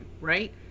right